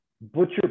butcher